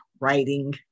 writing